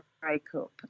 breakup